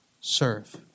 serve